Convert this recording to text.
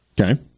Okay